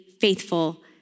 faithful